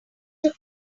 took